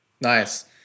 Nice